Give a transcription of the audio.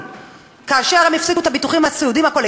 באישור האוצר והמפקחת,